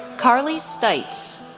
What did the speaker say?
karli stites,